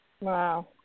Wow